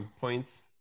points